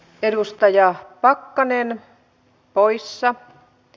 edustaja pakkanen poissa v